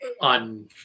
on